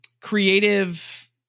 creative